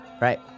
right